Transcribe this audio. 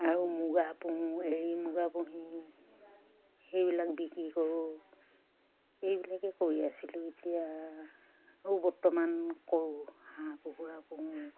আৰু মুগা পুহোঁ এৰী মুগা পুহি সেইবিলাক বিক্ৰী কৰোঁ এইবিলাকে কৰি আছিলোঁ এতিয়া আৰু বৰ্তমান কৰোঁ হাঁহ কুকুৰা পুহোঁ